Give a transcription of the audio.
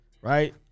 right